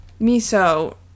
Miso